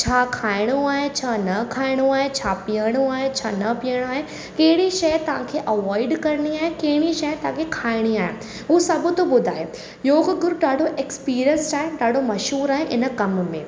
छा खाइणो आहे छा न खाइणो आहे छा पीअणो आहे छा न पीअणो आहे कहिड़ी शइ तव्हां खे अवॉइड करिणी आहे कहिड़ी शय तांखे खाइणी आहे हू सभु थो ॿुधाए योगु गुरू ॾाढो एक्सपीरिएंसड आहे ॾाढो मशहूरु आहे इन कम में